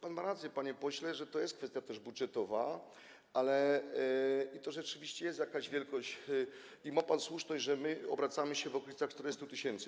Pan ma rację, panie pośle, że to jest też kwestia budżetowa i to rzeczywiście jest jakaś wielkość, i ma pan słuszność, że my obracamy się w okolicach 40 tys.